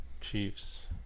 Chiefs